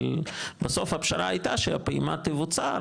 אבל בסוף הפשרה הייתה שהפעימה תבוצע,